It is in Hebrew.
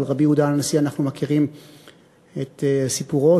אנחנו מכירים את הסיפור על רבי יהודה הנשיא,